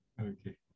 Okay